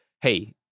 hey